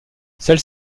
celle